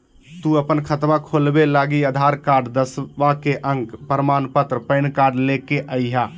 तू अपन खतवा खोलवे लागी आधार कार्ड, दसवां के अक प्रमाण पत्र, पैन कार्ड ले के अइह